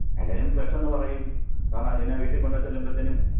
എല്ലാരും ഫ്രഷ് എന്ന് പറയും കാരണം പിന്നെ വീട്ടിൽ കൊണ്ട് ചെല്ലുമ്പഴത്തേനും